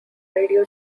radio